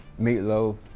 meatloaf